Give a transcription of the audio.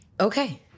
okay